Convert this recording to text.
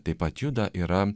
taip pat juda yra